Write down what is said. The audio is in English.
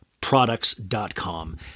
products.com